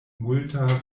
multa